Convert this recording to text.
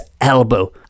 elbow